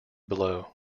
below